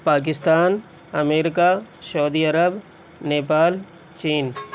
پاکستان امریکہ سعودی عرب نیپال چین